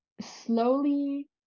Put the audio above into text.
slowly